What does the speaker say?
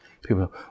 people